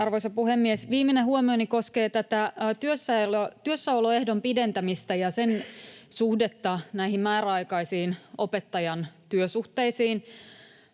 Arvoisa puhemies! Viimeinen huomioni koskee työssäoloehdon pidentämistä ja sen suhdetta määräaikaisiin opettajan työsuhteisiin.